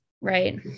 Right